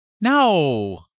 No